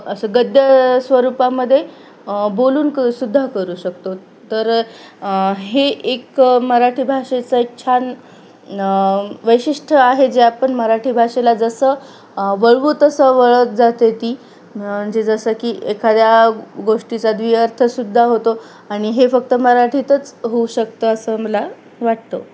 असं गद्य स्वरूपामध्ये बोलून क सुद्धा करू शकतो तर हे एक मराठी भाषेचं एक छान वैशिष्ट्य आहे जे आपण मराठी भाषेला जसं वळवू तसं वळत जाते ती म्हणजे जसं की एखाद्या गोष्टीचा द्विअर्थसुद्धा होतो आणि हे फक्त मराठीतच होऊ शकतं असं मला वाटतं